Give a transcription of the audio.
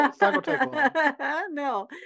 no